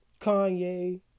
Kanye